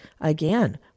again